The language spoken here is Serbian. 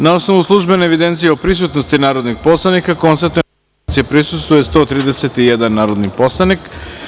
Na osnovu službene evidencije o prisutnosti narodnih poslanika, konstatujem da sednici prisustvuje 131 narodni poslanik.